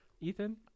Ethan